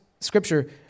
scripture